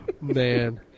Man